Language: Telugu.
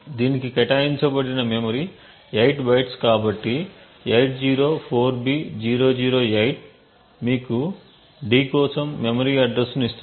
దీనికి కేటాయించబడిన మెమరీ 8 బైట్స్ కాబట్టి 804B008 మీకు d కోసం మెమరీ అడ్రస్ ను ఇస్తుంది